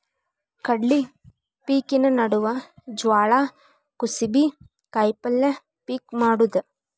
ಕಡ್ಲಿ ಪಿಕಿನ ನಡುವ ಜ್ವಾಳಾ, ಕುಸಿಬಿ, ಕಾಯಪಲ್ಯ ಪಿಕ್ ಮಾಡುದ